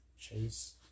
Chase